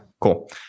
cool